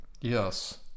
Yes